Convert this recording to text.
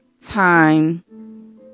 time